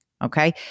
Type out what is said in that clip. Okay